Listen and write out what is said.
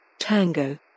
Tango